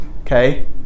okay